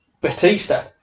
Batista